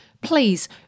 please